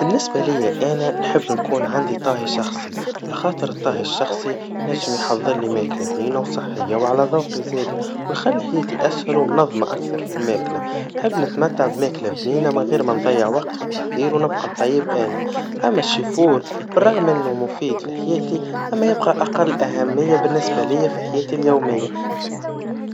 بالنسبا ليا أنا, نحب يكون عندي طهي شخصي, على خاطر الطاهي الشخصي, ننجم يحضرلي ماكلا بنينة وصحيا, وعلى ذوقي زاد, ويخلي حياتي أسهل ومنظما أكثر فالماكلا, نحب نتمتع بماكلا بنينا من غير ما نضيع وقت في التحضير ونبقى نطيب أنا, أما السواق, بالرغم انه مفيد في حياتي, أما يبقى أقل أهميا بالنسبا ليا في حياتي اليوميا.